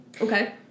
Okay